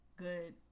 good